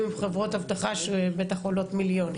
עם חברות אבטחה שבטח עולות מיליונים,